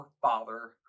Father